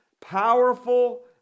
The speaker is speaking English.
powerful